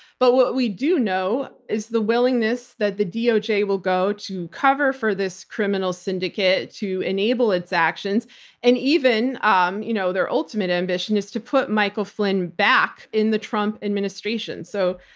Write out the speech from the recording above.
but what we do know is the willingness that the doj will go to cover for this criminal syndicate to enable its actions and even, um you know their ultimate ambition is to put michael flynn back in the trump administration. so,